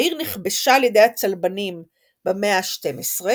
העיר נכבשה על ידי הצלבנים במאה ה-12,